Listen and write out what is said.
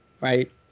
right